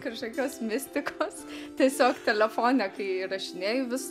kažkokios mistikos tiesiog telefone kai įrašinėju vis